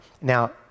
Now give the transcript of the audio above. Now